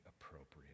appropriate